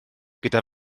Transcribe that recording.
gyda